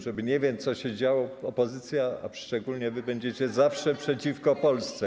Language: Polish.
Żeby nie wiem co się działo, opozycja, a szczególnie wy, będzie zawsze przeciwko Polsce.